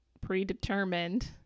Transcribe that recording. predetermined